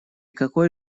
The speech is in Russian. какой